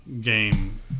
game